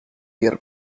year